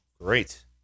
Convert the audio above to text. Great